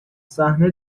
صحنه